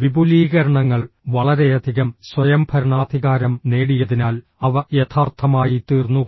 വിപുലീകരണങ്ങൾ വളരെയധികം സ്വയംഭരണാധികാരം നേടിയതിനാൽ അവ യഥാർത്ഥമായിത്തീർന്നു